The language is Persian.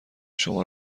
شما